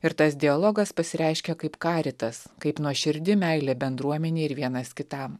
ir tas dialogas pasireiškia kaip karitas kaip nuoširdi meilė bendruomenei ir vienas kitam